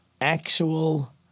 actual